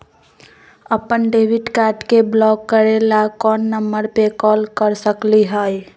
अपन debit card के block करे ला कौन नंबर पे कॉल कर सकली हई?